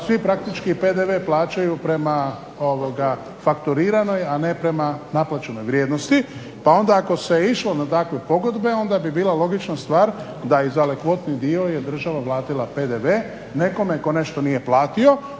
svi praktički PDV plaćaju prema fakturiranoj, a ne prema naplaćenoj vrijednosti. Pa onda ako se išlo na takve pogodbe onda bi bila logična stvar da i za ovaj … dio je država platila PDV nekome tko nešto nije platio,